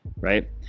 right